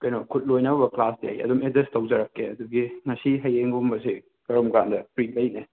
ꯀꯩꯅꯣ ꯈꯨꯠꯂꯣꯏꯅꯕ ꯀ꯭ꯂꯥꯁꯇꯤ ꯑꯩ ꯑꯗꯨꯝ ꯑꯦꯗꯖꯁ ꯇꯧꯖꯔꯛꯀꯦ ꯑꯗꯨꯒꯤ ꯉꯁꯤ ꯍꯌꯦꯡꯒꯨꯝꯕꯁꯦ ꯀꯔꯝ ꯀꯥꯟꯗ ꯐ꯭ꯔꯤ ꯂꯩꯅꯤ